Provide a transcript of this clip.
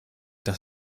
das